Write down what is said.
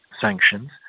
sanctions